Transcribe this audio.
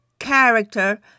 character